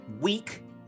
week